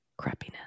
crappiness